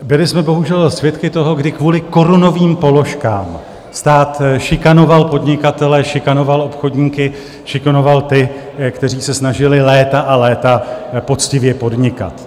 Byli jsme bohužel svědky toho, kdy kvůli korunovým položkám stát šikanoval podnikatele, šikanoval obchodníky, šikanoval ty, kteří se snažili léta a léta poctivě podnikat.